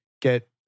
get